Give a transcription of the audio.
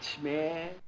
man